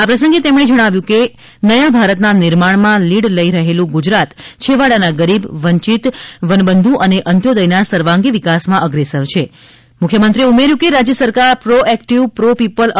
આ પ્રસંગે તેમણે જણાવ્યુ હતું કે નયા ભારતના નિર્માણમાં લીડ લઇ રહેલું ગુજરાત છેવાડાના ગરીબ વંચિત વનબંધુ અને અંત્યોદયના સર્વાંગી વિકાસમાં અગ્રેસર તેમણે ઉમેર્યું હતુ કે રાજ્ય સરકાર પ્રો એકટીવ પ્રો પીપલ છે